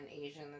Asian